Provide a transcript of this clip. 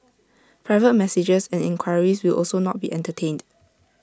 private messages and enquiries will also not be entertained